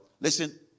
Listen